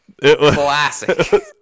Classic